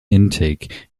intake